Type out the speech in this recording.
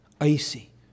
Icy